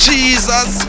Jesus